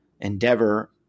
Endeavor